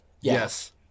Yes